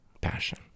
Passion